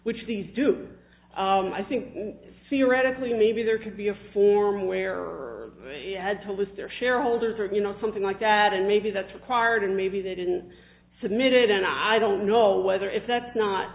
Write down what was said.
which these do i think see radically maybe there could be a form where or had to list their shareholders or you know something like that and maybe that's required and maybe they didn't submit it and i don't know whether if that's not